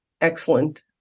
excellent